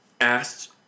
asked